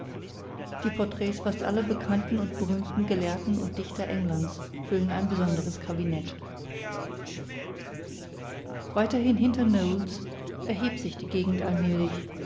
die porträts fast aller bekannten und berühmten gelehrten und dichter englands füllen ein besonderes kabinett weiterhin hinter knoles erhebt sich die gegen allmählich